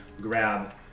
grab